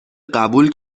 قبول